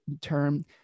term